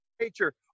nature